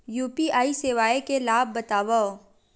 UPI सेवाएं के लाभ बतावव?